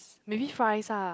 maybe fries ah